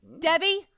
Debbie